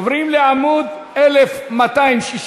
עוברים לעמוד 1264,